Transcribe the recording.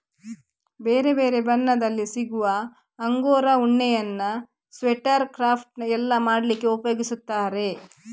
ಬೇರೆ ಬೇರೆ ಬಣ್ಣದಲ್ಲಿ ಸಿಗುವ ಅಂಗೋರಾ ಉಣ್ಣೆಯನ್ನ ಸ್ವೆಟರ್, ಕ್ರಾಫ್ಟ್ ಎಲ್ಲ ಮಾಡ್ಲಿಕ್ಕೆ ಉಪಯೋಗಿಸ್ತಾರೆ